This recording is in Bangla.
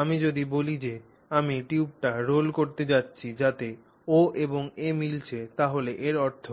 আমি যদি বলি যে আমি টিউবটি রোল করতে যাচ্ছি যাতে O এবং A মিলছে তাহলে এর অর্থ কী